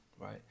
right